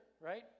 right